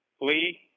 Lee